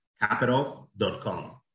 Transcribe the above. capital.com